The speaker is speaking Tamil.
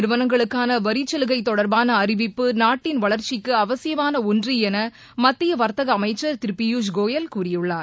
நிறுவனங்களுக்கான வரிச்சலுகை தொடர்பான அறிவிப்பு நாட்டின் கார்ப்பரேட் வளர்ச்சிக்கு அவசியமான ஒன்று என மத்திய வர்த்தக அமைச்சர் திரு பியுஸ் கோயல் கூறியுள்ளார்